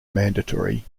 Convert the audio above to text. mandatory